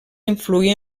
influir